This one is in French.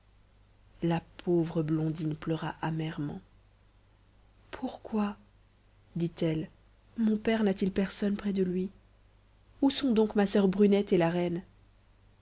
la pauvre blondine pleura amèrement pourquoi dit-elle mon père n'a-t-il personne près de lui où sont donc ma soeur brunette et la reine